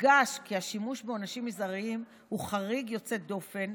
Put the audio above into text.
הודגש כי השימוש בעונשים מזעריים הוא חריג ויוצא דופן,